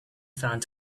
found